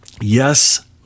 Yes